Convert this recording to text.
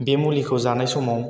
बे मुलिखौ जानाय समाव